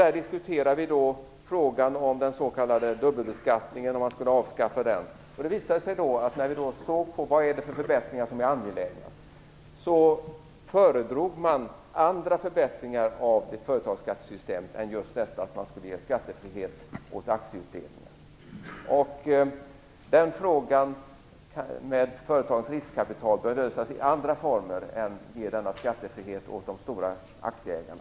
Vi diskuterade också frågan om den s.k. dubbelbeskattningen skulle avskaffas. Det visade sig när vi gick igenom vilka förbättringar som var angelägna att man föredrog andra förbättringar av företagsskattesystemet än att ge skattefrihet för aktieutdelningar. Frågan om företagens riskkapital bör lösas i andra former än att ge en sådan skattefrihet åt de stora aktieägarna.